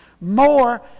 More